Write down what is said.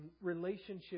relationship